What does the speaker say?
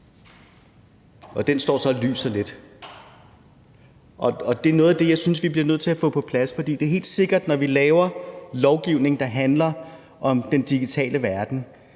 Den står så og lyser lidt, og det er noget af det, som jeg synes vi er nødt til at få på plads, for det er helt sikkert, at når vi laver lovgivning, der handler om den digitale verden,